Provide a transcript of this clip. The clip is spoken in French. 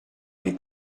les